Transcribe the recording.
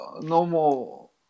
normal